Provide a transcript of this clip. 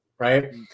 Right